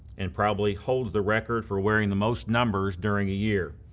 and probably holds the record for wearing the most numbers during a year.